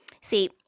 See